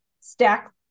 stack